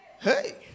Hey